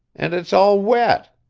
and it's all wet!